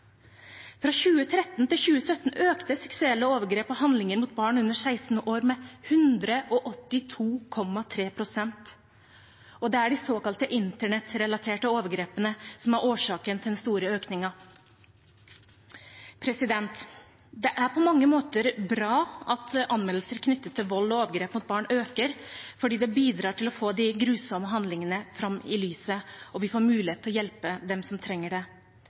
Fra 2013 til 2017 økte seksuelle overgrep og handlinger mot barn under 16 år med 182,3 pst. Det er de såkalte internettrelaterte overgrepene som er årsaken til den store økningen. Det er på mange måter bra at anmeldelser knyttet til vold og overgrep mot barn øker, for det bidrar til å få de grusomme handlingene fram i lyset, og vi får mulighet til å hjelpe dem som trenger det.